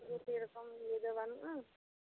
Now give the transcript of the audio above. ᱥᱮᱨᱚᱠᱚᱢ ᱤᱭᱟᱹ ᱫᱚ ᱵᱟᱹᱱᱩᱜ ᱟᱱ